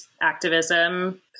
activism